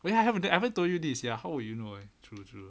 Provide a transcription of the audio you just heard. wei I haven't I haven't told you this sia how would you know eh true true